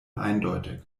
eindeutig